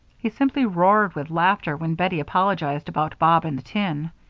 he simply roared with laughter when bettie apologized about bob and the tin.